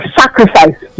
sacrifice